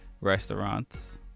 Restaurants